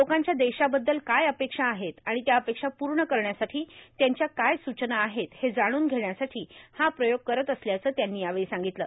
लोकांच्या देशाबद्दल काय अपेक्षा आहेत आणि त्या अपेक्षा पूर्ण करण्यासाठी त्यांच्या काय सूचना आहेत हे जाणून घेण्यासाठी हा प्रयोग करत असल्याचं त्यांनी यावेळी सांगितलं